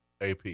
AP